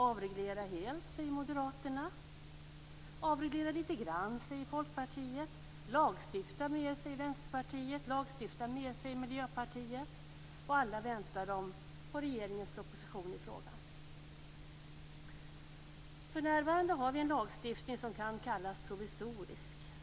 Avreglera helt, säger Moderaterna. Avreglera litet grand, säger Folkpartiet. Lagstifta mer, säger Vänsterpartiet och Miljöpartiet. Och alla väntar de på regeringens proposition i frågan. För närvarande har vi en lagstiftning som kan kallas provisorisk.